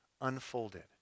unfolded